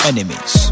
Enemies